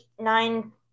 nine